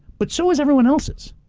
but so has everyone else's.